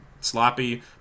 sloppy